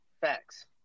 Facts